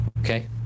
Okay